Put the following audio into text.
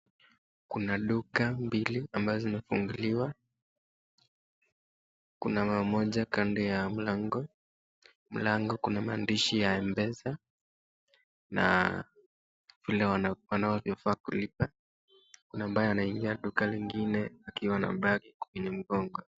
Kuna duka mbili ambazo zimefunguliwa, kuna mama mmoja kando ya mlango. Mlango uki na maandishi ya Mpesa na kule wanavyofaa kulipa. Kuna mwingine anaye anaingia duka lingine akiwa na bagi kwenye mgongo.